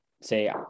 say